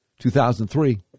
2003